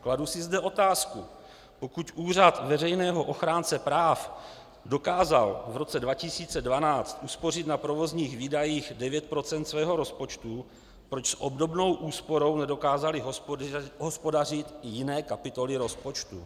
Kladu si zde otázku: Pokud Úřad veřejného ochránce práv dokázal v roce 2012 uspořit na provozních výdajích 9 % svého rozpočtu, proč s obdobnou úsporou nedokázaly hospodařit jiné kapitoly rozpočtu?